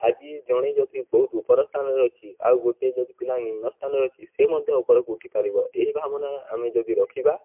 ଆଜି ଜଣେ ଯଦି ବହୁତ ଉପର ସ୍ଥାନରେ ଅଛି ଆଉ ଗୋଟେ ଯଦି ପିଲା ନିମ୍ନ ସ୍ଥାନରେ ଅଛି ସେ ମଧ୍ୟ ଉପରକୁ ଉଠିପାରିବ ଏହି ଭାବନା ଆମେ ଯଦି ରଖିବା